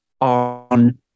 on